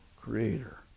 Creator